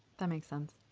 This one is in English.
that makes some